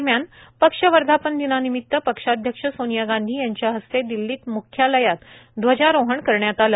दरम्यान पक्ष वर्धापनदिनानिमित पक्षाध्यक्ष सोनिया गांधी यांच्या हस्ते दिल्लीत मुख्यालयात ध्वजारोहण करण्यात आलं